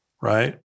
right